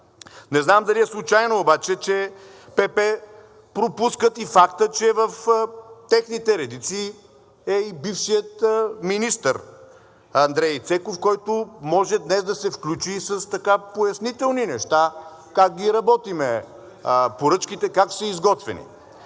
Не знам дали е случайно обаче, че ПП пропускат и факта, че в техните редици е и бившият министър Андрей Цеков, който може днес да се включи с пояснителни неща – как работим поръчките, как са изготвени.